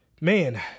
man